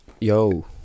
Yo